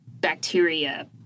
bacteria